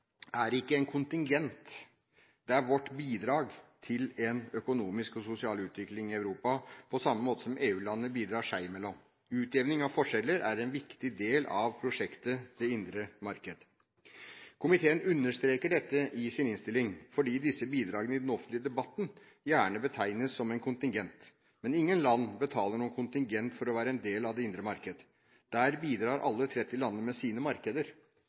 er ikke en kontingent. Det er vårt bidrag til en økonomisk og sosial utvikling i Europa – på samme måte som EU-landene bidrar seg imellom. Utjevning av forskjeller er en viktig del av prosjektet det indre marked. Komiteen understreker dette i sin innstilling, fordi disse bidragene gjerne betegnes som en kontingent i den offentlige debatten. Men ingen land betaler noen kontingent for å være en del av det indre marked. Der bidrar alle de 30 landene med sine markeder,